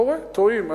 קורה, טועים.